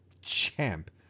champ